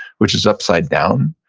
which is upside down.